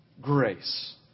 grace